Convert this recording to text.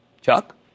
Chuck